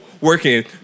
Working